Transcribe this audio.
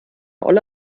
olle